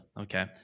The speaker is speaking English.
okay